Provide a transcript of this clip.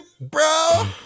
bro